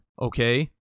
okay